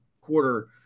quarter